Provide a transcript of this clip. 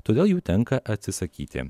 todėl jų tenka atsisakyti